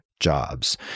jobs